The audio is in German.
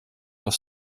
auf